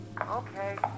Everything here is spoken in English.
Okay